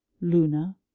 luna